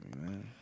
man